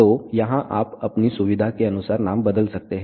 तो यहाँ आप अपनी सुविधा के अनुसार नाम बदल सकते हैं